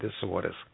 disorders